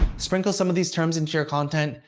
sprinkle some of these terms into your content,